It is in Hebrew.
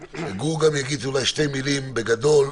יגיד אולי שתי מילים בגדול,